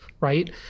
right